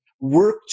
Work